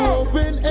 open